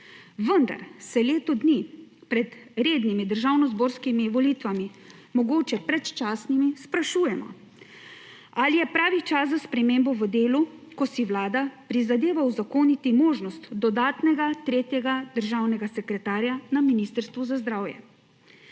Vendar se leto dni pred rednimi državnozborskimi volitvami, mogoče predčasnimi, sprašujemo, ali je pravi čas za spremembo v delu, ko si Vlada prizadeva uzakoniti možnost dodatnega tretjega državnega sekretarja na Ministrstvu za zdravje.